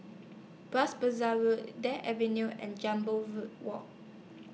Bras Basah Road Drake Avenue and Jambol Road Walk